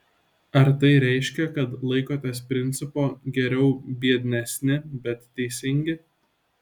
ar tai reiškia kad laikotės principo geriau biednesni bet teisingi